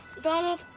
donald,